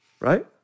Right